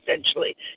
essentially